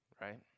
Right